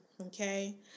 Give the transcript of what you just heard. okay